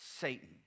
Satan